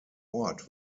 ort